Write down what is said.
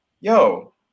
yo